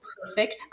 perfect